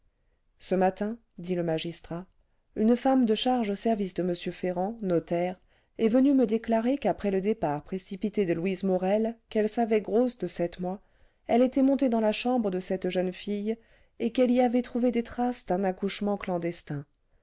ce matin dit le magistrat une femme de charge au service de m ferrand notaire est venue me déclarer qu'après le départ précipité de louise morel qu'elle savait grosse de sept mois elle était montée dans la chambre de cette jeune fille et qu'elle y avait trouvé des traces d'un accouchement clandestin